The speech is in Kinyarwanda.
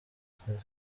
twese